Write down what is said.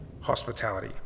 hospitality